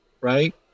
right